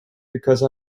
because